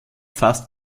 fast